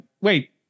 wait